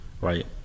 Right